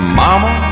mama